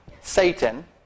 Satan